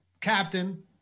Captain